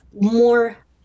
more